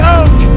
oak